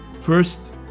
First